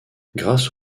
grâce